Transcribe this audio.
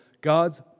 God's